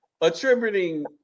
attributing